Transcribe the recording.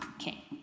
Okay